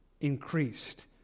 increased